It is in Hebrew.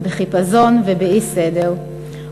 בחיפזון ובאי-סדר,